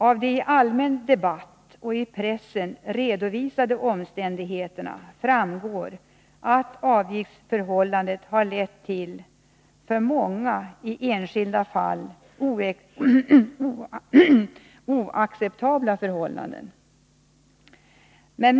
Av de i allmän debatt och i press redovisade omständigheterna framgår att avgiftssystemet i enskilda fall för många har lett till oacceptabla förhållanden.